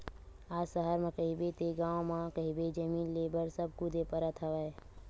आज सहर म कहिबे ते गाँव म कहिबे जमीन लेय बर सब कुदे परत हवय